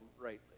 rightly